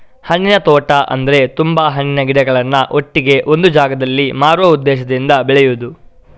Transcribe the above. ಹಣ್ಣಿನ ತೋಟ ಅಂದ್ರೆ ತುಂಬಾ ಹಣ್ಣಿನ ಗಿಡಗಳನ್ನ ಒಟ್ಟಿಗೆ ಒಂದು ಜಾಗದಲ್ಲಿ ಮಾರುವ ಉದ್ದೇಶದಿಂದ ಬೆಳೆಯುದು